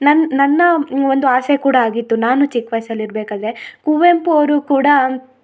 ನನ್ನ ನನ್ನ ಒಂದು ಆಸೆ ಕೂಡ ಆಗಿತ್ತು ನಾನು ಚಿಕ್ಕ ವಯ್ಸಲ್ಲಿ ಇರಬೇಕಾದ್ರೆ ಕುವೆಂಪು ಅವರು ಕೂಡಾ